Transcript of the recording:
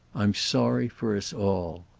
i'm sorry for us all!